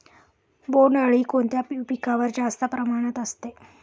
बोंडअळी कोणत्या पिकावर जास्त प्रमाणात असते?